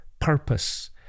purpose